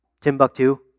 Timbuktu